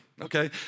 okay